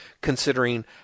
considering